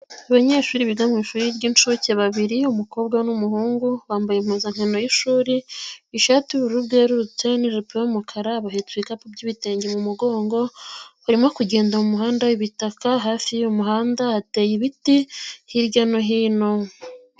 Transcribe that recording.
Abanyeshuri biga mu ishuri ry'inshuke babiri, umukobwa n'umuhungu, bambaye impuzankano y'ishuri, ishati y'ubururu bwerurutse n'ijipo y'umukara, bahetse ibikapu by'ibitenge mu mugongo, barimo kugenda muhanda w'ibitaka, hafi y'uyu muhanda hateye ibiti hirya no hino.